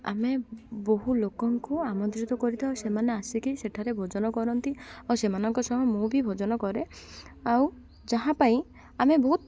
ଆମେ ବହୁ ଲୋକଙ୍କୁ ଆମନ୍ତ୍ରିତ କରିଥାଉ ସେମାନେ ଆସିକି ସେଠାରେ ଭୋଜନ କରନ୍ତି ଆଉ ସେମାନଙ୍କ ସହ ମୁଁ ବି ଭୋଜନ କରେ ଆଉ ଯାହା ପାଇଁ ଆମେ ବହୁତ